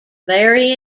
very